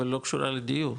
אבל לא קשורה לדיון,